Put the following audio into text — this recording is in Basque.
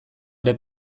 ere